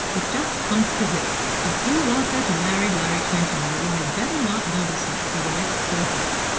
it just comes to this if you want her to marry larry twentyman you had better not notice her for the next fortnight.